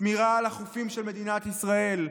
שמירה על החופים של מדינת ישראל,